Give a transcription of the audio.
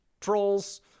trolls